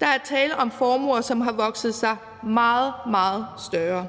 Der er tale om formuer, som har vokset sig meget, meget større,